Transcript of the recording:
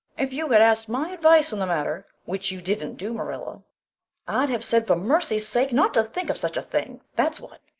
if you had asked my advice in the matter which you didn't do, marilla i'd have said for mercy's sake not to think of such a thing, that's what.